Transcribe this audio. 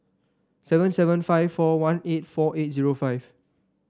seven seven five four one eight four eight zero five